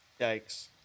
Yikes